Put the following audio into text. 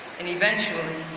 and eventually,